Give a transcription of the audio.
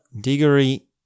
Diggory